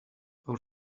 our